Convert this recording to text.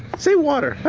say water.